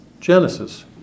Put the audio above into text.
Genesis